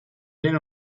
been